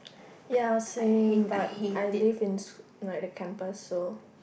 ya same but I live in s~ like the campus so